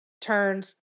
turns